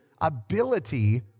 ability